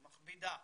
מכבידה.